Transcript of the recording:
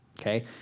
Okay